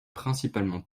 principalement